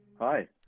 hi